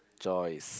Joyce